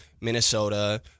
Minnesota